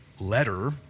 letter